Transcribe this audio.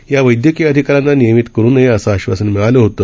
या वैद्यकीय अधिकाऱ्यांना नियमित करू असे आश्वासन मिळाले होते